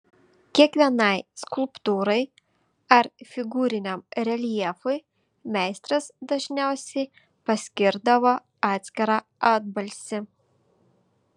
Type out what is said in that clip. kiekvienai skulptūrai ar figūriniam reljefui meistras dažniausiai paskirdavo atskirą atbalsį